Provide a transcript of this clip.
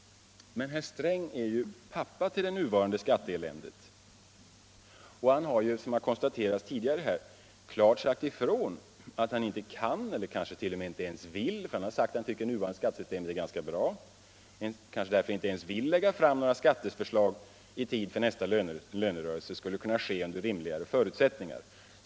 Men herr Sträng, pappa till det nuvarande skatteeländet, har ju klart sagt ifrån att han inte kan eller kanske t.o.m. inte ens vill — han har ju talat om att han tycker att det nuvarande skattesystemet är ganska bra — lägga fram några sådana skatteförslag i tid för att nästa lönerörelse kan ske under rimligare förutsättningar.